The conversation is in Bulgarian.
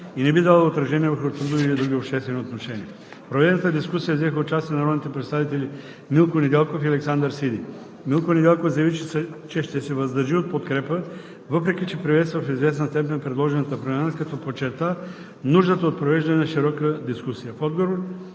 и не би дала отражение върху трудови или други обществени отношения. В проведената дискусия взеха участие народните представители Милко Недялков и Александър Сиди. Милко Недялков заяви, че ще се въздържи от подкрепа, въпреки че приветства в известна степен предложената промяна, като подчерта нуждата от провеждане на широка дискусия.